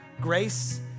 Grace